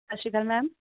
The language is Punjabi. ਸਤਿ ਸ਼੍ਰੀ ਅਕਾਲ ਮੈਮ